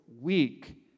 week